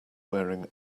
wearing